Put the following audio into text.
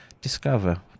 Discover